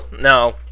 No